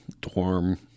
dorm